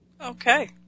Okay